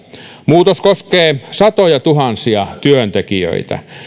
muutos koskee satojatuhansia työntekijöitä